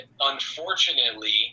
unfortunately